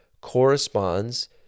corresponds